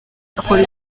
agakora